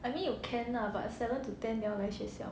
I mean you can lah but seven to ten 你要来学校